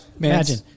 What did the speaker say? imagine